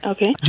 Okay